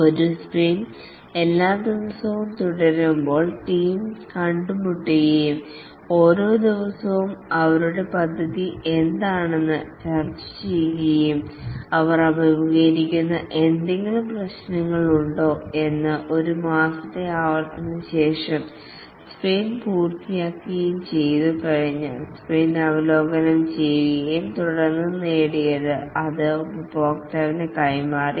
ഒരു സ്പ്രിന്റ് എല്ലാ ദിവസവും തുടരുമ്പോൾ ടീം കണ്ടുമുട്ടുകയും ഓരോ ദിവസവും അവരുടെ പദ്ധതി എന്താണെന്ന് ചർച്ച ചെയ്യുകയും അവർ അഭിമുഖീകരിക്കുന്ന എന്തെങ്കിലും പ്രശ്നങ്ങളുണ്ടോ എന്നും ഒരു മാസത്തെ ആവർത്തനത്തിനുശേഷം സ്പ്രിന്റ് പൂർത്തിയാകുകയും ചെയ്തുകഴിഞ്ഞാൽ സ്പ്രിന്റ് അവലോകനം ചെയ്യുകയും തുടർന്ന് നേടിയത് അത് ഉപഭോക്താവിന് കൈമാറി